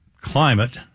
climate